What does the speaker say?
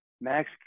Max